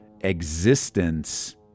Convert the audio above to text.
existence